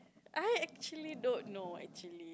I actually don't know actually